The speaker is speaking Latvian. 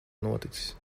noticis